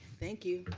thank you.